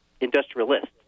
industrialists